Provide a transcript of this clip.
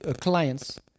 clients